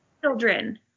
children